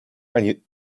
ani